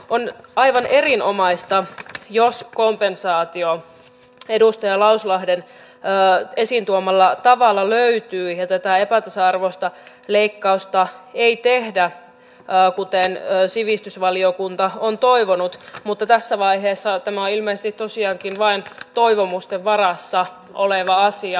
on aivan erinomaista jos kompensaatio edustaja lauslahden esiin tuomalla tavalla löytyy ja tätä epätasa arvoista leikkausta ei tehdä kuten sivistysvaliokunta on toivonut mutta tässä vaiheessa tämä on ilmeisesti tosiaankin vain toivomusten varassa oleva asia